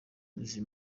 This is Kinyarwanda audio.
izi